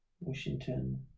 Washington